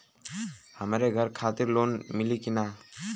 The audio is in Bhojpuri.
हमरे घर खातिर लोन मिली की ना?